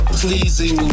pleasing